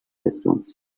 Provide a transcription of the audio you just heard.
response